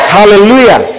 Hallelujah